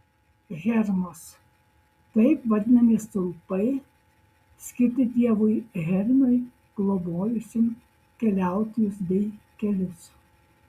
hermos taip vadinami stulpai skirti dievui hermiui globojusiam keliautojus bei kelius